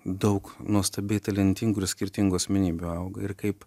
daug nuostabiai talentingų ir skirtingų asmenybių auga ir kaip